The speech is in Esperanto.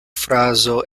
frazo